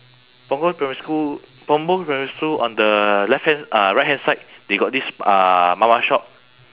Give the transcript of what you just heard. punggol primary school punggol primary school on the left hand uh right hand side they got this uh mama shop